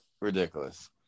ridiculous